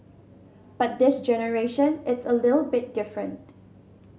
but this generation it's a little bit different